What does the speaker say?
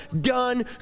done